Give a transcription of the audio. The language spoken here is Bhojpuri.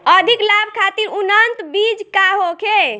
अधिक लाभ खातिर उन्नत बीज का होखे?